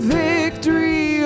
victory